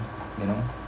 you know